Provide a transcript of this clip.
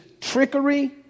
trickery